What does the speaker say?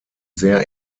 sehr